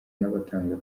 n’abatanga